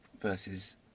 versus